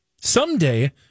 Someday